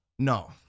No